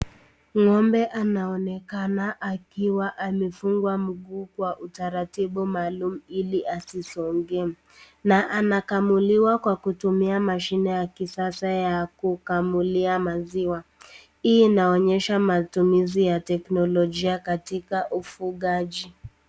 Ng'ombe anaonekana akiwa amefungwa mguu kwa utaratibu maalum ili asisonge, na anakamuliwa kwa kutumia mashine ya kisasa ya kukamulia maziwa, hii inaonyesha matumizi ya teknolojia katika ufugaji.